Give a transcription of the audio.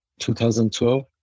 2012